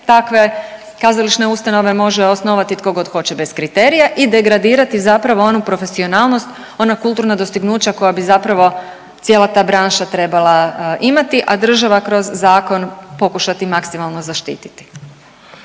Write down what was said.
takve kazališne ustanove može osnovati tko god hoće bez kriterija i degradirati zapravo onu profesionalnost, ona kulturna dostignuća koja bi zapravo cijela ta branša trebala imati, a država kroz zakon pokušati maksimalno zaštiti.